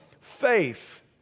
faith